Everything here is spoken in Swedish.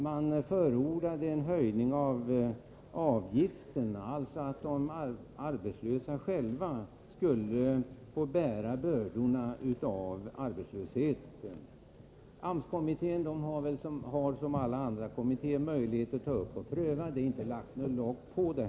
Man förordade en höjning av avgifterna, dvs. att de arbetslösa själva skulle få bära arbetslöshetens bördor. AMS-kommittén har som alla andra kommittéer möjlighet att pröva förslagen — det har inte lagts på något ”lock” som hindrar det.